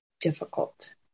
difficult